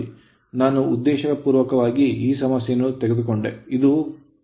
ನಾನು ಉದ್ದೇಶಪೂರ್ವಕವಾಗಿ ಈ ಸಮಸ್ಯೆಯನ್ನು ತೆಗೆದುಕೊಂಡೆ ಇದು 106 amperes ಬರುತ್ತಿದೆ